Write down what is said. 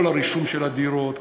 כל הרישום של הדירות,